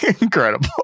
Incredible